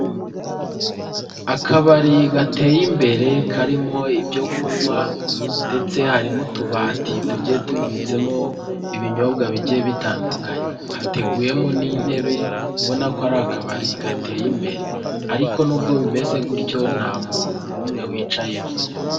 Akabari gateye imbere karimo ibyo kunywa ndetse hari mo utubati tugiye tubitsemo ibinyobwa bijye bitandukanye, hateguwemo n'intebe ubona ko ari akabari gateye imbere ariko nubwo bimeze gutyo nta muntu n'umwe wicayemo.